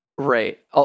Right